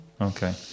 Okay